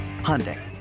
Hyundai